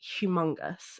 humongous